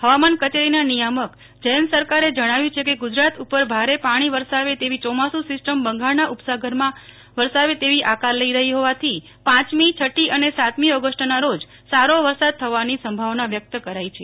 હવામાન કચેરીના નિયામક જયંત સરકારે જણાવ્યું છે કે ગૂજરાત ઉપર ભારે પાણી વરસાવે તેવી ચોમાસુ સિસ્ટમ બંગાળના ઉપસાગરમાં વરસાવે તેવી આકાર લઈ રહી હોવાથી પાંચમી છઠી અને સાતમી ઓગષ્ટના રોજ સારો વરસાદ થવાની સંભાવના છે